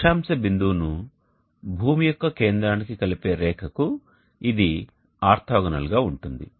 అక్షాంశ బిందువును భూమి యొక్క కేంద్రానికి కలిపే రేఖ కు ఇది ఆర్తోగోనల్ గా ఉంటుంది